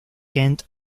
kent